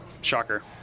Shocker